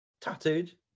tattooed